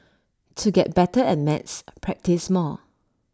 to get better at maths practise more